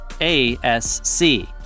ASC